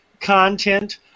content